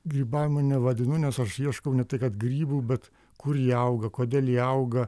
grybavimu nevadinu nes aš ieškau ne tai kad grybų bet kur jie auga kodėl jie auga